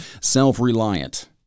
self-reliant